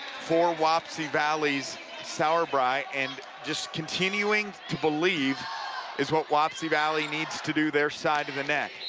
for wapsie valley's sauerbrei. and just continuing to believe is what wapsie valley needs to do their side of the net